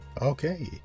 Okay